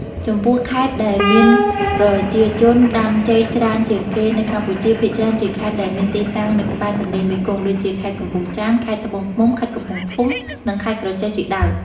ចំពោះខេត្តដែលមានប្រជាជនដាំចេកច្រើនជាងគេនៅកម្ពុជាភាគច្រើនជាខេត្តដែលមានទីតាំងនៅក្បែរទន្លេមេគង្គ ដូចជា ខេត្តកំពង់ចាម ខេត្តត្បូងឃ្មុំ ខេត្តកំពង់ធំ និង ខេត្តក្រចេះជាដើម។